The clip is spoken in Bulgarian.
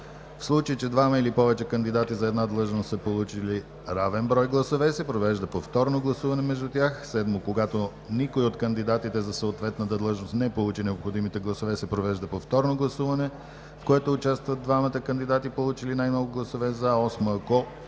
В случай че двама или повече кандидати за една длъжност са получили равен брой, се провежда повторно гласуване между тях. 7. Когато никой от кандидатите за съответната длъжност не получи необходимите гласове, се провежда повторно гласуване, в което участват двамата кандидати, получили най-много гласове „за“. 8. Ако